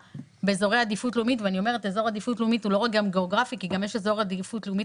באזורי עדיפות לאומית ואני אומרת שאזור עדיפות לאומית